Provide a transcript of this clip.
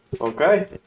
Okay